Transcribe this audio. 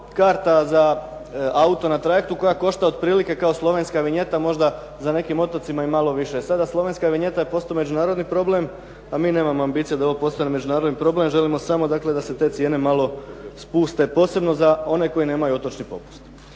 karta za auto na trajektu koja košta otprilike kao slovenska vinjeta, možda za nekim otocima i malo više. Sada slovenska vinjeta je postao međunarodni problem, a mi nemamo ambicije da ovo postane međunarodni problem, želimo samo dakle, da se te cijene spuste posebno za one koji nema otočni popust.